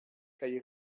kaj